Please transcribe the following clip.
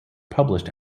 published